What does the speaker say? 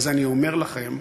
אז אני אומר לכם,